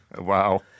Wow